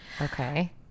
okay